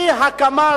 אי-הקמה,